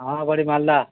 আমার বাড়ি মালদা